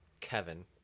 Kevin